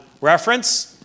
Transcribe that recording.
reference